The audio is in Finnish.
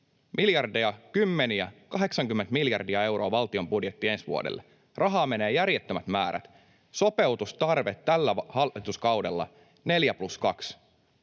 miljardeja, 80 miljardia euroa, on valtion budjetti ensi vuodelle. Rahaa menee järjettömät määrät. Sopeutustarve tällä hallituskaudella on 4+2,